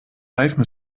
reifen